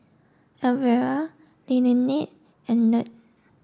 Elvera Lynette and Ned